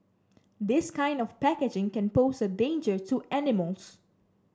this kind of packaging can pose a danger to animals